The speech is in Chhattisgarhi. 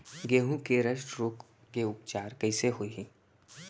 गेहूँ के रस्ट रोग के उपचार कइसे होही?